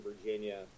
Virginia